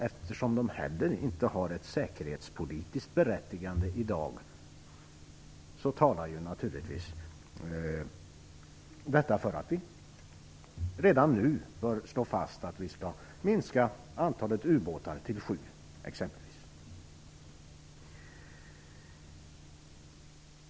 Eftersom de heller inte har ett säkerhetspolitiskt berättigande i dag, talar detta naturligtvis för att vi redan nu bör slå fast att vi skall minska antalet utbåtar till exempelvis sju.